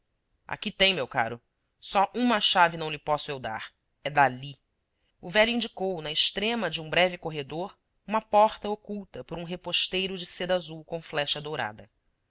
aqui tem meu caro só uma chave não lhe posso eu dar é dali o velho indicou na extrema de um breve corredor uma porta oculta por um reposteiro de seda azul com flecha dourada